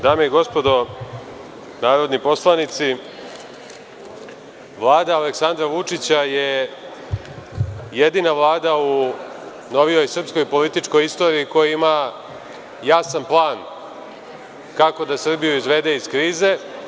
Dame i gospodo narodni poslanici, Vlada Aleksandra Vučića je jedina Vlada u novijoj srpskoj političkoj istoriji koja ima jasan plan kako da Srbiju izvede iz krize.